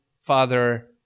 Father